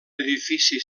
edifici